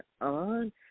on